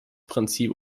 prinzip